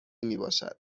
میباشد